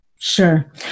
Sure